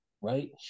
right